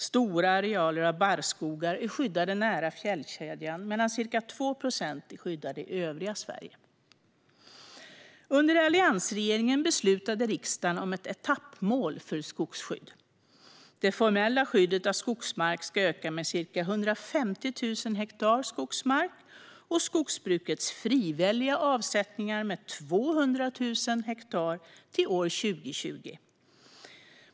Stora arealer barrskogar nära fjällkedjan är skyddade, medan ca 2 procent är skyddade i övriga Sverige. Under alliansregeringen beslutade riksdagen om ett etappmål för skogsskydd. Det formella skyddet av skogsmark ska öka med ca 150 000 hektar och skogsbrukets frivilliga avsättningar med 200 000 hektar till 2020.